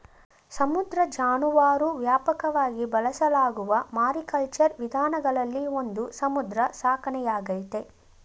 ಸಮುದ್ರ ಜಾನುವಾರು ವ್ಯಾಪಕವಾಗಿ ಬಳಸಲಾಗುವ ಮಾರಿಕಲ್ಚರ್ ವಿಧಾನಗಳಲ್ಲಿ ಒಂದು ಸಮುದ್ರ ಸಾಕಣೆಯಾಗೈತೆ